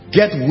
get